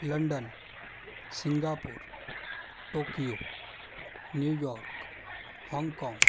London Singapore Tokyo New York Hong Kong